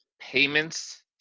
payments